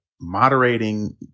moderating